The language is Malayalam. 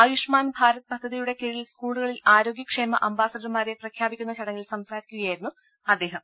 ആയുഷ്മാൻ ഭാരത് പദ്ധതിയുടെ കീഴിൽ സ്കൂളുകളിൽ ആരോഗ്യക്ഷേമ അംബാസിഡർമാരെ പ്രഖ്യാപിക്കുന്ന ചടങ്ങിൽ ന്യൂഡൽഹിയിൽ സംസാരിക്കുകയായിരുന്നു അദ്ദേഹം